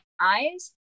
eyes